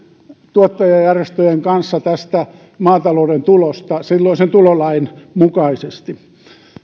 tuottajajärjestöjen kanssa tästä maatalouden tulosta silloisen tulolain mukaisesti